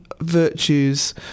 virtues